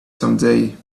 someday